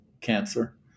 cancer